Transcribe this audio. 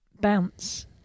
bounce